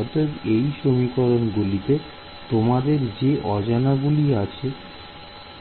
অতএব এই সমীকরণ গুলিতে তোমাদের যে অজানা গুলি আছে